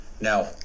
now